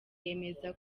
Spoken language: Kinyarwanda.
yemeza